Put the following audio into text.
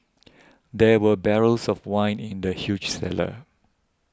there were barrels of wine in the huge cellar